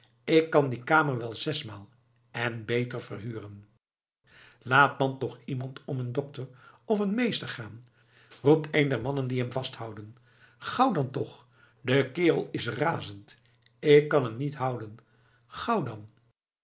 ik kan die kamer wel zesmaal en beter verhuren laat dan toch iemand om een dokter of een meester gaan roept een der mannen die hem vasthouden gauw dan toch de kerel is razend ik kan hem niet houden gauw dan